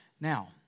Now